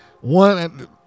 One